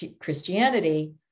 Christianity